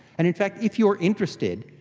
and in fact if you are interested,